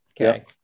Okay